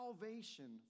salvation